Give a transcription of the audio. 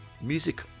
music